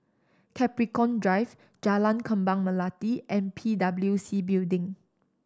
Capricorn Drive Jalan Kembang Melati and P W C Building